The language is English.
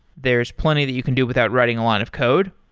there's plenty that you can do without writing a lot of code,